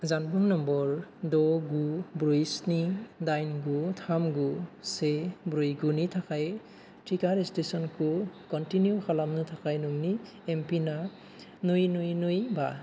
जानबुं नम्बर द' गु ब्रै स्नि दाइन गु थाम गु से ब्रै गुनि थाखाय टिका रेजिस्ट्रेसनखौ कनटिनिउ खालामनो थाखाय नोंनि एम पिन आ नै नै नै बा